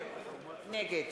נגד